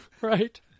Right